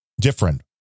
Different